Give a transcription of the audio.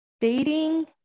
dating